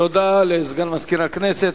תודה לסגן מזכיר הכנסת.